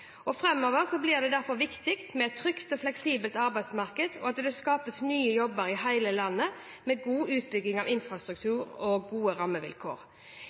blir det derfor viktig med et trygt og fleksibelt arbeidsmarked og at det skapes nye jobber i hele landet, med god utbygging av infrastruktur og gode rammevilkår.